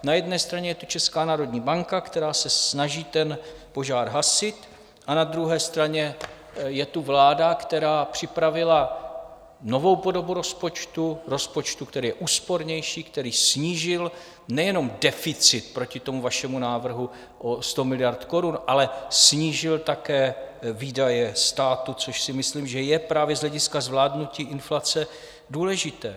Na jedné straně je to Česká národní banka, která se snaží ten požár hasit, a na druhé straně je tu vláda, která připravila novou podobu rozpočtu, rozpočtu, který je úspornější, který snížil nejenom deficit proti tomu vašemu návrhu o 100 miliard korun, ale snížil také výdaje státu, což si myslím, že je právě z hlediska zvládnutí inflace důležité.